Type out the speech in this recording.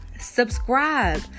subscribe